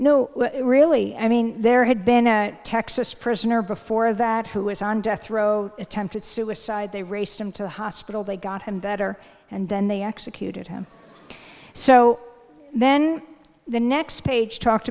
no really i mean there had been a texas prisoner before that who was on death row attempted suicide they raced him to hospital they got him better and then they executed him so then the next page talked